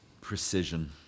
Precision